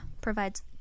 provides